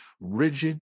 rigid